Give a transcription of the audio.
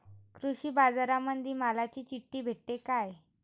कृषीबाजारामंदी मालाची चिट्ठी भेटते काय?